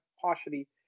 partially